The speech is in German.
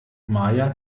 maja